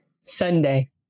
sunday